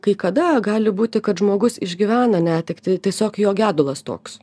kai kada gali būti kad žmogus išgyvena netektį tiesiog jo gedulas toks